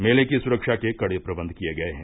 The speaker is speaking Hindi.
मेले की सुरक्षा के कड़े प्रबंध किये गये हैं